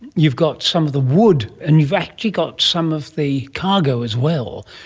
you've got some of the wood and you've actually got some of the cargo as well,